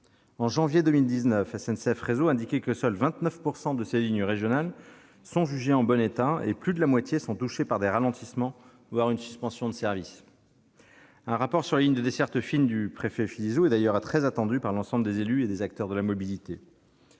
En janvier 2019, SNCF Réseau indiquait que seuls 29 % de ces lignes régionales étaient jugées en bon état, tandis que plus de la moitié était touchée par des ralentissements, voire par une suspension de service. Un rapport sur les lignes de desserte fine du préfet François Philizot est d'ailleurs très attendu par l'ensemble des élus et des acteurs de la mobilité.